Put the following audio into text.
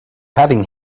having